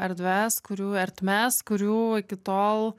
erdves kurių ertmes kurių iki tol